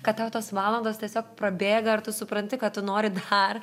kad tau tos valandos tiesiog prabėga ir tu supranti kad tu nori dar